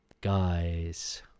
Guys